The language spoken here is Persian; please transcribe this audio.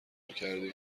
کردیم